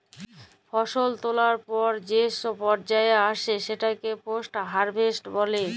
ফসল তোলার পর যে পর্যা আসে সেটাকে পোস্ট হারভেস্ট বলে